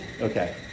Okay